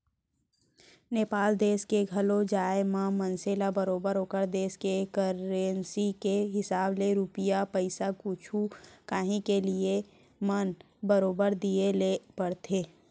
नेपाल देस के घलौ जाए म मनसे ल बरोबर ओकर देस के करेंसी के हिसाब ले रूपिया पइसा कुछु कॉंही के लिये म बरोबर दिये ल परथे